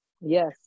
yes